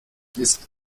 ist